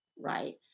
right